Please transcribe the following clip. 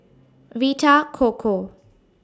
Vita Coco